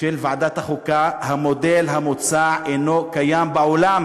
של ועדת החוקה, המודל המוצע אינו קיים בעולם,